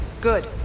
Good